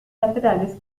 laterales